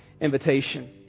invitation